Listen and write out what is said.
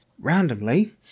randomly